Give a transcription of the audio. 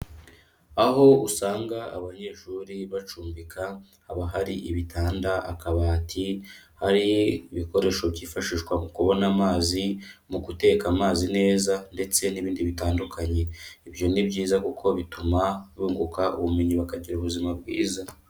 Aho usanga abanyeshuri bacumbika haba hari ibitanda, akabati, hari ibikoresho byifashishwa mu kubona amazi, mu guteka amazi neza ndetse n'ibindi bitandukanye. Ibyo ni byiza kuko bituma bunguka ubumenyi bakagira ubuzima bwiza.